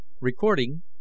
Recording